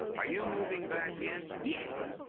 are you moving back in? yes,